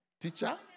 Teacher